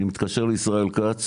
אני מתקשר לישראל כץ